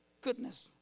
Goodness